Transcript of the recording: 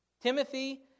Timothy